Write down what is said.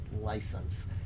license